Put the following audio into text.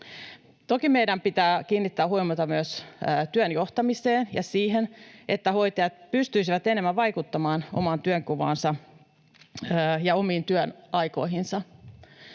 Toki meidän pitää kiinnittää huomiota myös työn johtamiseen ja siihen, että hoitajat pystyisivät enemmän vaikuttamaan omaan työnkuvaansa ja omiin työaikoihinsa.